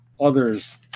others